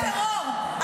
תומכי הטרור,